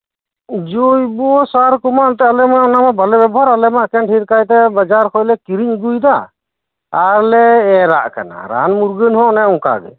ᱡᱚᱭᱵᱚ ᱥᱟᱨᱠᱚᱢᱟ ᱮᱱᱛᱮ ᱟᱞᱮᱢᱟ ᱵᱟᱞᱮ ᱵᱮᱵᱚᱦᱟᱨ ᱟᱞᱮᱢᱟ ᱮᱠᱮᱱ ᱰᱷᱮᱨᱠᱟᱭᱛᱮ ᱵᱟᱡᱟᱨ ᱠᱷᱚᱱᱞᱮ ᱠᱤᱨᱤᱧ ᱟᱹᱜᱩᱭᱮᱫᱟ ᱟᱨᱞᱮ ᱮᱨᱟᱜ ᱠᱟᱱᱟ ᱨᱟᱱ ᱢᱩᱨᱜᱟᱹᱱ ᱦᱚᱸ ᱚᱱᱮ ᱚᱱᱠᱟᱜᱤ